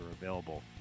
available